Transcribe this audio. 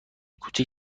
کوچک